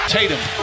Tatum